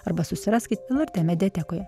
arba susiraskit lrt mediatekoje